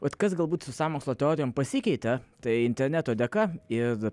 vat kas galbūt su sąmokslo teorijom pasikeitė tai interneto dėka ir